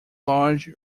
large